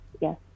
Yes